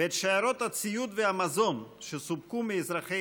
ואת שיירות הציוד והמזון שסופקו מאזרחי